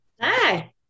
Hi